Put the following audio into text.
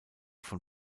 von